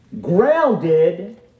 grounded